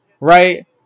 right